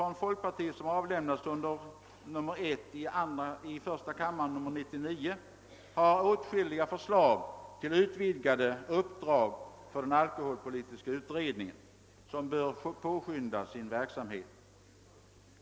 I folkpartiets partimotion I:99 och II: 111 framföres åtskilliga förslag till utvidgade uppdrag för den alkoholpolitiska utredningen, som bör påskynda sin verksamhet.